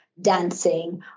dancing